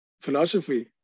philosophy